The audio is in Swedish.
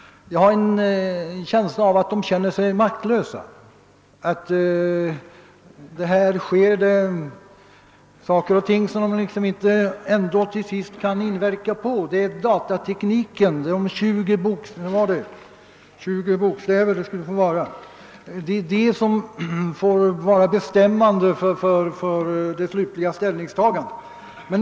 Jag har en känsla av att de känner sig maktlösa, att det här sker saker och ting som de till sist ändå inte kan inverka på. Det är datatekniken och de 20 bokstäver denna tilllåter som får bli bestämmande för det slutliga ställningstagandet.